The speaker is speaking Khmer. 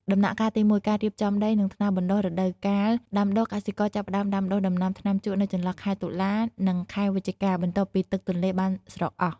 ដំណាក់កាលទី ១ ការរៀបចំដី និងថ្នាលបណ្ដុះ រដូវកាលដាំដុះ កសិករចាប់ផ្ដើមដាំដុះដំណាំថ្នាំជក់នៅចន្លោះខែតុលា និងខែវិច្ឆិកា បន្ទាប់ពីទឹកទន្លេបានស្រកអស់។